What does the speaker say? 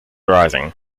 rising